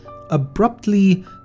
abruptly